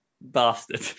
bastard